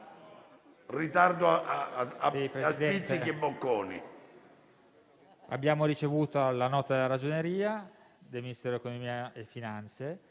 ritardo "a spizzichi e bocconi".